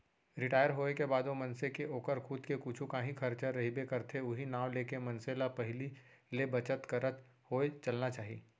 retire होए के बादो मनसे के ओकर खुद के कुछु कांही खरचा रहिबे करथे उहीं नांव लेके मनखे ल पहिली ले बचत करत होय चलना चाही